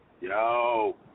Yo